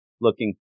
looking